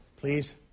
please